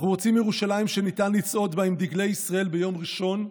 אנחנו רוצים ירושלים שניתן לצעוד בה עם דגלי ישראל ביום ראשון,